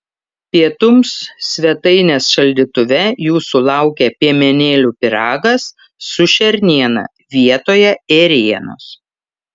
pietums svetainės šaldytuve jūsų laukia piemenėlių pyragas su šerniena vietoje ėrienos